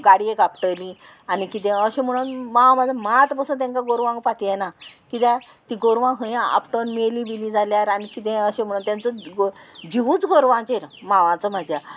गाडयेक आपटली आनी किदें अशें म्हणोन मांव म्हाजो मात पासून तांकां गोरवांक पातयना कित्याक ती गोरवांक खंय आपटोन मेली बिली जाल्यार आनी किदें अशें म्हणून तेंचो जिवूच गोरवांचेर मांवाचो म्हाज्या